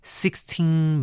sixteen